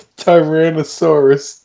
tyrannosaurus